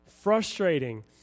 frustrating